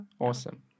awesome